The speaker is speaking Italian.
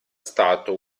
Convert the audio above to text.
stato